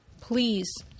please